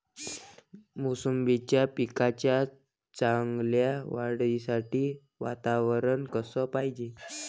मोसंबीच्या पिकाच्या चांगल्या वाढीसाठी वातावरन कस पायजे?